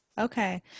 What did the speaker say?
Okay